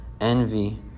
envy